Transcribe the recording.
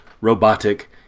robotic